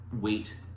wait